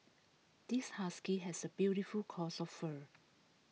this husky has A beautiful coats of fur